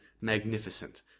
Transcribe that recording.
magnificent